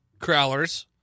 Crowlers